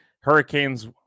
Hurricanes